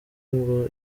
ngo